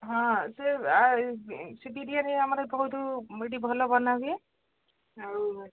ହଁ ସେ ସେ ବିରିୟାନୀ ଆମର ବହୁତ ଏଠି ଭଲ ବନାହୁଏ ଆଉ